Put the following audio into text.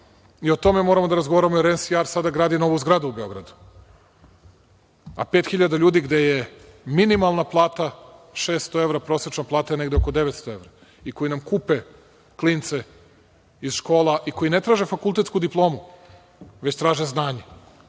i o tome moramo da razgovaramo jer NSA gradi sada novu zgradu u Beogradu, a pet hiljada ljudi gde je minimalna plata 600 evra, prosečna plata je negde oko 900 evra i koji nam kupe klince iz škola i koji ne traže fakultetsku diplomu, već traže znanje.